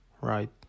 right